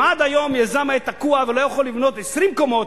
אם עד היום יזם היה תקוע ולא היה יכול לבנות 20 קומות,